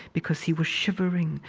because he was shivering.